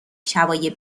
شبای